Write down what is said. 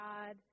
God